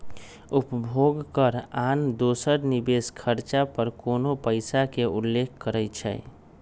उपभोग कर आन दोसर निवेश खरचा पर कोनो पइसा के उल्लेख करइ छै